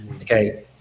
Okay